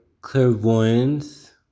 clairvoyance